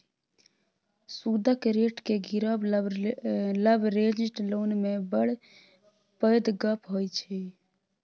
सुदक रेट केँ गिरब लबरेज्ड लोन मे बड़ पैघ गप्प होइ छै